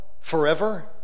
forever